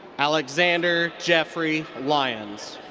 alexander jeffrey lyons.